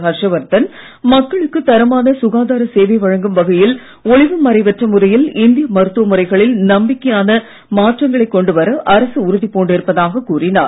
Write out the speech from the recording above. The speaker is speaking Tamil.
ஹர்ஷ்வர்தன் மக்களுக்கு தரமான சுகாதார சேவை வழங்கும் வகையில் ஒளிவுமறைவற்ற முறையில் இந்திய மருத்துவ முறைகளில் நம்பிக்கையான மாற்றங்களைக் கொண்டுவர அரசு உறுதி பூண்டிருப்பதாகக் கூறினார்